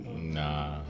Nah